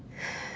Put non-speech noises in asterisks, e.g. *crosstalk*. *noise*